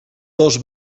dos